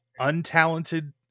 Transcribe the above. untalented